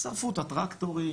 שרפו את הטרקטורים,